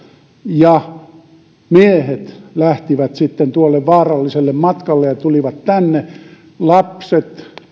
ja miehet lähtivät sitten tuolle vaaralliselle matkalle ja tulivat tänne lapset